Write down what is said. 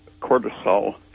cortisol